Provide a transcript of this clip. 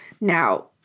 Now